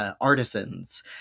Artisans